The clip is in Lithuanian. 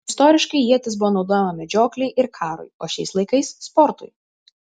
istoriškai ietis buvo naudojama medžioklei ir karui o šiais laikais sportui